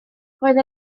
roedd